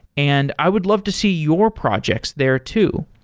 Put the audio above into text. and i would love to see your projects there too.